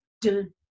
dun